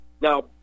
Now